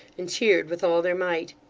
and cheered with all their might.